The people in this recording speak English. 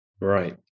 Right